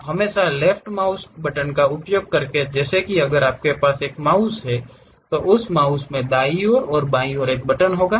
आप हमेशा left mouse button का उपयोग करें जैसे कि अगर आपके पास एक माउस है तो उस माउस में दाईं ओर बाईं ओर एक बटन होगा